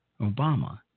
Obama